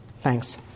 Thanks